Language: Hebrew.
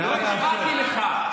לא הפרעתי לך.